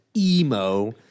emo